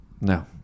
No